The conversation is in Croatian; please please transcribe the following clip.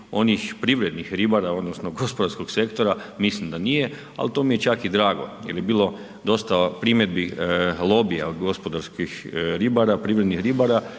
onih privrednih ribara odnosno gospodarskog sektora, mislim da nije, ali to mi je čak i drago jer bi bilo dosta primjedbi lobija od gospodarskih ribara, privrednih ribara